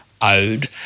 owed